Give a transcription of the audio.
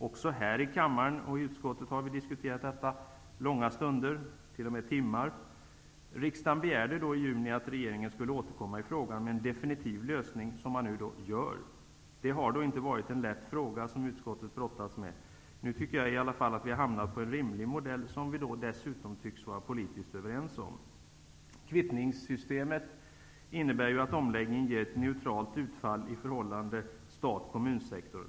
Också här i kammaren och i utskottet har vi diskuterat detta långa stunder, t.o.m. timmar. Riksdagen begärde i juni att regeringen skulle återkomma i fråga med en definitiv lösning, vilket man nu gör. Det har inte varit en lätt fråga för utskottet att brottas med. Nu tycker jag i alla fall att vi har hamnat på en rimlig modell, som vi dessutom tycks vara politiskt överens om. Kvittnigssystemet innebär att omläggningen ger ett neutralt utfall i förhållandet mellan statlig och kommunal sektor.